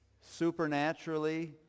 supernaturally